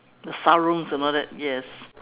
the sarung and all that yes